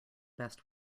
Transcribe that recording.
best